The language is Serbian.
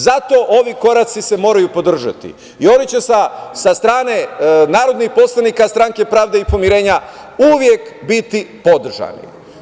Zato se ovi koraci morati podržati i oni će sa strane narodnih poslanika Stranke pravde i pomirenja, uvek biti podržani.